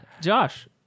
Josh